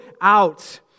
out